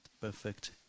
perfect